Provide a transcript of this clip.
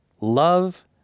love